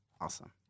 awesome